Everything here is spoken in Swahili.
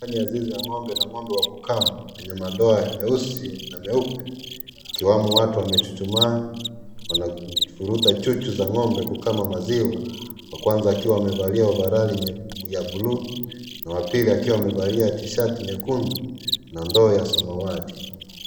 Hapa ni zizi ya ngombe na ngombe wa kukamwa mwenye madoa meusi na meupe, akiwemo watu wamechuchumaa wanafuruta chuchu za ngombe kukama maziwa, wa kwanza akiwa amevalia overali ya bulu, na wa pili akiwa amevalia shati nyekundu na ndoo ya samawati.